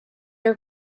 are